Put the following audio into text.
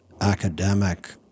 academic